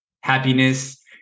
happiness